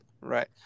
right